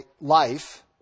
life